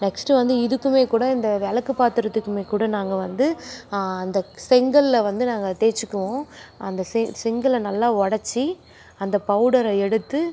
next வந்து இதுக்குமே கூட இந்த விளக்கு பாத்திரத்துக்குமே கூட நாங்கள் வந்து அந்த செங்கல்லை வந்து நாங்கள் தேய்ச்சிக்குவோம் அந்த செ செங்கல்லை நல்லா உடச்சி அந்த பவுடரை எடுத்து